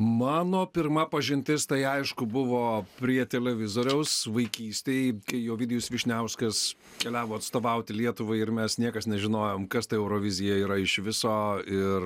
mano pirma pažintis tai aišku buvo prie televizoriaus vaikystėj kai ovidijus vyšniauskas keliavo atstovauti lietuvai ir mes niekas nežinojom kas ta eurovizija yra iš viso ir